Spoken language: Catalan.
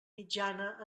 mitjana